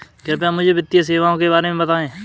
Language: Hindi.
कृपया मुझे वित्तीय सेवाओं के बारे में बताएँ?